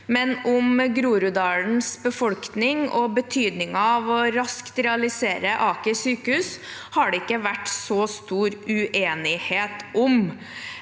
men Groruddalens befolkning og betydningen av raskt å realisere Aker sykehus har det ikke vært så stor uenighet om.